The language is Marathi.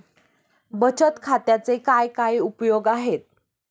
बचत खात्याचे काय काय उपयोग आहेत?